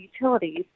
utilities